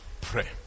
pray